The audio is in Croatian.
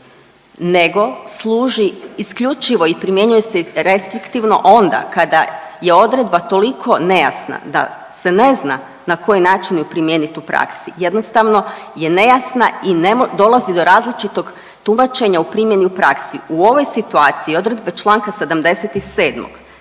nego služi isključivo i primjenjuje se restriktivno onda kada je odredba toliko nejasna da se ne zna na koji način ju primijenit u praksi. Jednostavno je nejasna i dolazi do različitog tumačenja u primjeni u praksi. U ovoj situaciji odredbe članka 77.